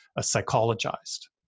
psychologized